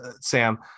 Sam